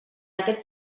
aquest